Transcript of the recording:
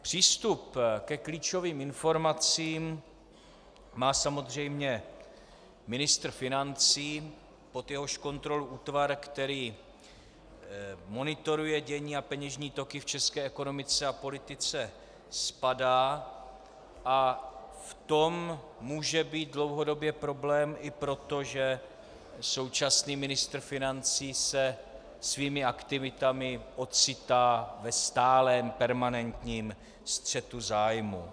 Přístup ke klíčovým informacím má samozřejmě ministr financí, pod jehož kontrolu útvar, který monitoruje dění a peněžní toky v české ekonomice a politice, spadá, a v tom může být dlouhodobě problém i proto, že současný ministr financí se svými aktivitami ocitá ve stálém permanentním střetu zájmů.